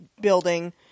building